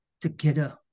together